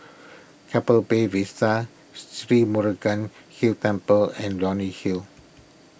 Keppel Bay Vista Sri Murugan Hill Temple and Leonie Hill